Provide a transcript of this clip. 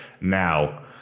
Now